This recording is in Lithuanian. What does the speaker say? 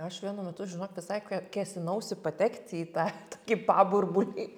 aš vienu metu žinok visai kėsinausi patekti į tą tokį paburbulį